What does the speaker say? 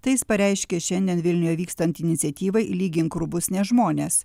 tai jis pareiškė šiandien vilniuje vykstant iniciatyvai lygink rūbus ne žmones